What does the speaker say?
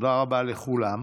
תודה רבה לכולם.